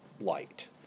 light